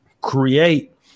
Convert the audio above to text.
create